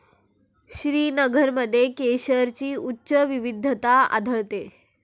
श्रीनगरमध्ये केशरची उच्च विविधता आढळते